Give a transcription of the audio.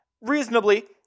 reasonably